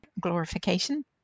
glorification